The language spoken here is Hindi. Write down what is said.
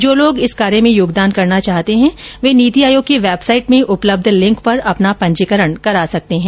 जो लोग इस कार्य में योगदान करना चाहते हैं वे नीति आयोग की वेबसाइट में उपलब्य लिंक पर अपना पंजीकरण करा सकते हैं